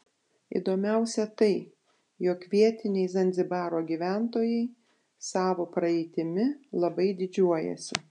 įdomiausia tai jog vietiniai zanzibaro gyventojai savo praeitimi labai didžiuojasi